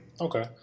Okay